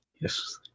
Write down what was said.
Yes